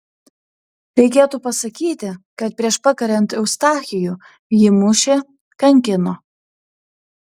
reikėtų pasakyti kad prieš pakariant eustachijų jį mušė kankino